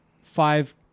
five